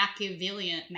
Machiavellian